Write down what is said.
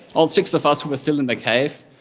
all six of us sort of still in the cave,